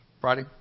Friday